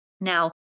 Now